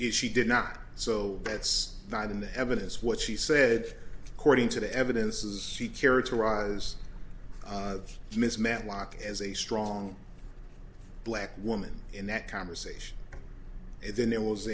it she did not so that's not in evidence what she said cording to the evidence as she characterize ms matlock as a strong black woman in that conversation and then there was